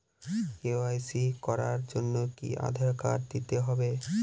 KYC করার জন্য কি আধার কার্ড দিতেই হবে?